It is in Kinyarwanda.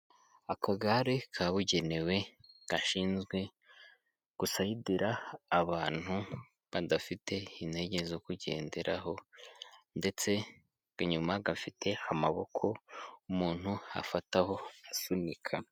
Akagare kabugenewe gashinzwe gu gusayidira abantu badafite intege zo kugenderaho ndetse inyuma gafite amaboko umuntu afataho asunika.